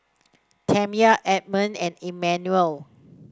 Tamya Edmond and Emmanuel